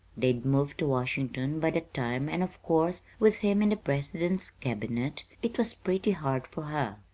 they'd moved to washington by that time and, of course, with him in the president's cabinet, it was pretty hard for her.